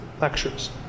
lectures